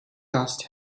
dust